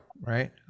right